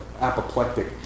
apoplectic